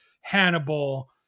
hannibal